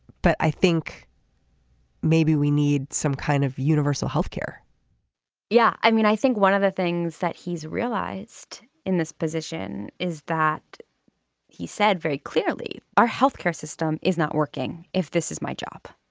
but i think maybe we need some kind of universal health care yeah i mean i think one of the things that he's realized in this position is that he said very clearly our health care system is not working. if this is my job.